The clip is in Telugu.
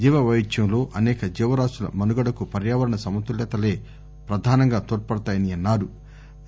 జీవపైవిధ్యంలో అసేక జీవరాశుల మనుగడకు పర్యావరణ సమతుల్యతలే ప్రధానంగా తోడ్సడతాయన్నా రు